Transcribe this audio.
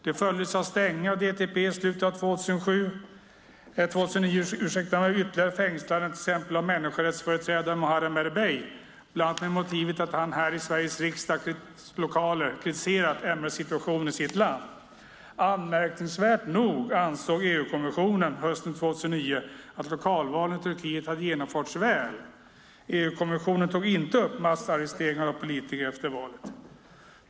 Detta följdes av stängning av DTP i slutet av 2009 och ytterligare fängslanden till exempel av människorättsföreträdaren Muharrem Erbey, bland annat med motivet att han här i Sveriges riksdags lokaler kritiserat MR-situationen i sitt land. Anmärkningsvärt nog ansåg EU-kommissionen hösten 2009 att lokalvalen i Turkiet hade genomförts väl. EU-kommissionen tog inte upp massarresteringarna av politiker efter valet.